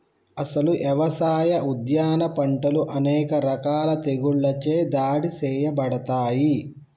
అసలు యవసాయ, ఉద్యాన పంటలు అనేక రకాల తెగుళ్ళచే దాడి సేయబడతాయి